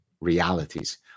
realities